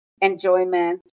enjoyment